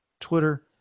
Twitter